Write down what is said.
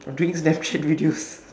videos